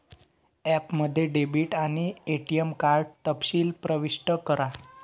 ॲपमध्ये डेबिट आणि ATM card तपशील प्रविष्ट करा